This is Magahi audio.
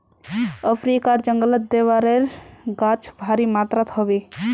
अफ्रीकार जंगलत देवदारेर गाछ भारी मात्रात ह बे